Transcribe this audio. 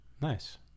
Nice